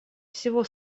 всего